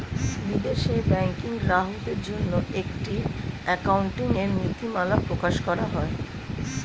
বিদেশে ব্যাংকিং গ্রাহকদের জন্য একটি অ্যাকাউন্টিং এর নীতিমালা প্রকাশ করা হয়